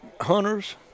hunters